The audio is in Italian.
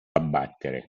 abbattere